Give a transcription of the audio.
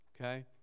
Okay